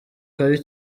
kabi